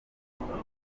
mkombozi